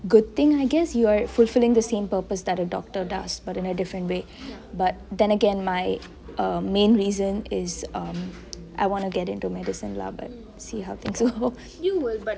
good thing I guess you're fulfilling the same purpose that a doctor does but in a different way but then again my main reason is um I want to get into medicine lah but see how things go